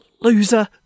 loser